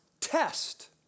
test